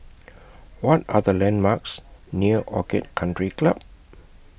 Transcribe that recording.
What Are The landmarks near Orchid Country Club